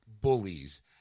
bullies